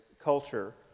culture